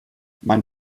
mein